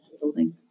building